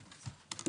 מענקים אזוריים,